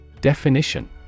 Definition